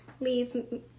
leave